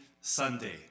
Sunday